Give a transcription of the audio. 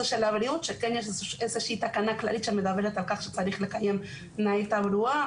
הבריאות שיש איזושהי תקנה כללית שמדברת על כך שצריך לקיים תנאי תברואה,